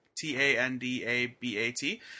T-A-N-D-A-B-A-T